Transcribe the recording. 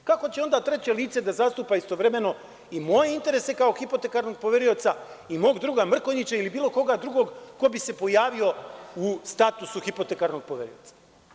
Dakle, kako će onda treće lice da zastupa istovremeno i moje interese kao hipotekarnog poverioca i mog druga Mrkonjića, ili bilo koga drugog ko bi se pojavio u statusu hipotekarnog poverioca?